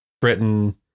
Britain